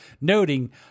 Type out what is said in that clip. noting